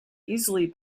easily